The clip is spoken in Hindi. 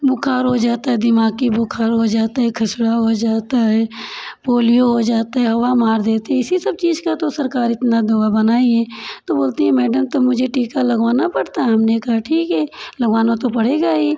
बुख़ार हो जाता है दिमागी बुख़ार हो जाता है खसरा हो जाता है पोलियो हो जाता है हवा मार देती है इसी सब चीज का तो सरकार इतना दवा बनाई है तो बोलती है मैडम तो मुझे टीका लगवाना पड़ता है हमने कहा ठीक है लगवाना तो पड़ेगा ही